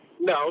No